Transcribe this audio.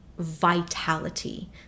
vitality